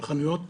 של חנויות.